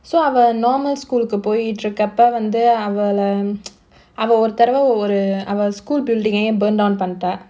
so I'm a normal school போய்டிருக்கப்ப வந்து அவள:potirukkappa vandhu avala அவ ஒருதடவ ஒரு அவ:ava oruthadava oru ava school building eh burn down பண்ட்டா:panttaa